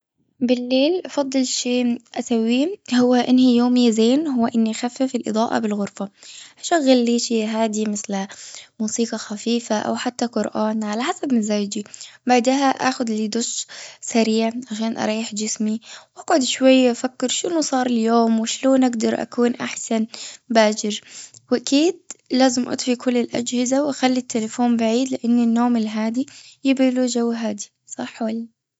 بالليل أفضل شيء أسويه هو أنهي يوم زين هو أني أخفف الأضاءة بالغرفة. أشغل لي شيء هادي مثل موسيقي خفيفة أو حتى قرآن على حسب مزاجي. بعدها أخذ لي دش سريع عشان اريح جسمي. أقعد شوية أفكر شنو صار اليوم? وشلون أقدر أكون أحسن بعد وأكيد لازم أطفي كل الأجهزة وأخلي التليفون بعيد لأن النوم الهادي يبي له جو هادي صح ولا ؟